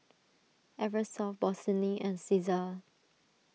Eversoft Bossini and Cesar